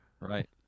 Right